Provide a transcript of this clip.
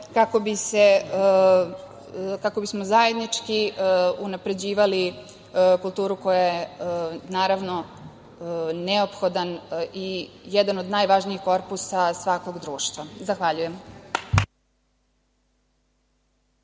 kako bismo zajednički unapređivali kulturu koja je neophodan i jedan od najvažnijih korpusa svakog društva. Zahvaljujem.